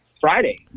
Friday